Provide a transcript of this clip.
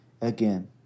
again